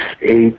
eight